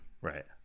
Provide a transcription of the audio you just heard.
right